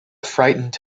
frightened